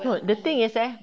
no the thing is eh